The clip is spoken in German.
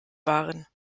waren